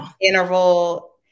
interval